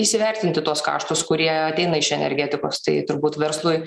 įsivertinti tuos kaštus kurie ateina iš energetikos tai turbūt verslui